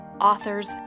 authors